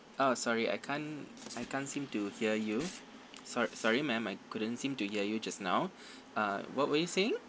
ah sorry I can't I can't seem to hear you sorry sorry ma'am I couldn't seem to hear you just now uh what were you saying